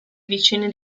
vicini